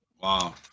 Wow